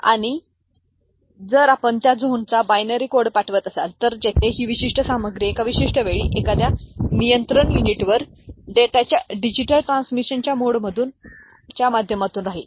आणि जर आपण त्या झोनचा बायनरी कोड पाठवत असाल तर जेथे ही विशिष्ट सामग्री एका विशिष्ट वेळी एखाद्या नियंत्रण युनिटवर डेटाच्या डिजिटल ट्रान्समिशनच्या मोडच्या माध्यमातून राहील